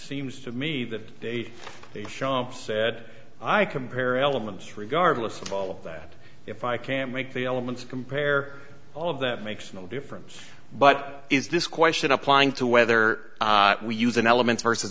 seems to me that they said i compare elements regardless of all of that if i can make the elements compare all of that makes no difference but is this question applying to whether we use an elements versus